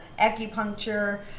acupuncture